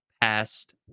Past